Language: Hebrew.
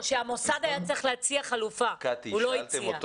שהמוסד היה צריך להציע חלופה, הוא לא הציע.